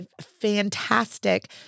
fantastic